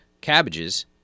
cabbages